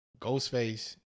Ghostface